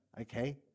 Okay